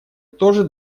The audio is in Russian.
тоже